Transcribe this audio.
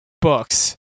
books